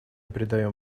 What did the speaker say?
придаем